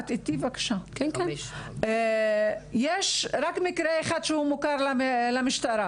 יש רק מקרה אחד שהוא מוכר למשטרה.